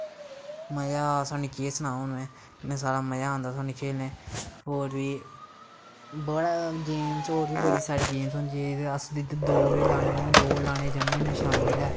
मज़ा सानू केह् सनां हून में इन्ना सारा मज़ा आंदा सानू खेलने गी होर बी बड़ा गेम्स होर बी सारी गेम्स होंदे जे अस इद्धर दौड़ बी लान्ने होन्ने दौड़ लाने गी जन्ने होने शाम्मी लै